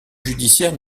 judiciaire